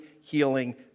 healing